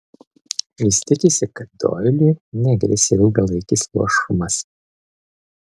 jis tikisi kad doiliui negresia ilgalaikis luošumas